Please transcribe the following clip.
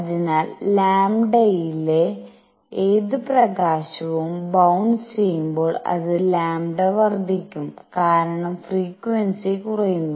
അതിനാൽ ലാംഡയിലെ ഏത് പ്രകാശവും ബൌൺസ് ചെയ്യുമ്പോൾ അത് λ വർദ്ധിക്കും കാരണം ഫ്രക്വൻസി കുറയുന്നു